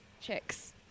chicks